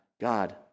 God